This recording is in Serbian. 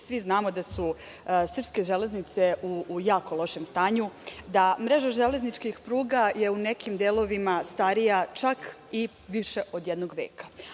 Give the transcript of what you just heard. svi znamo da su srpske železnice u jako lošem stanju, da mreža železničkih pruga je u nekim delovima starija čak i više od jednog veka.